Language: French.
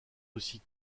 aussi